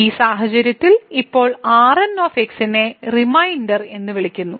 ഈ സാഹചര്യത്തിൽ ഇപ്പോൾ Rn നെ റിമൈൻഡർ എന്ന് വിളിക്കുന്നു